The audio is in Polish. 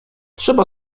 trzeba